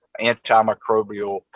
antimicrobial